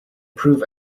prove